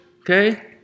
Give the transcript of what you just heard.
Okay